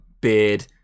beard